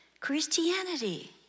Christianity